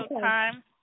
time